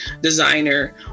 designer